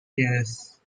tears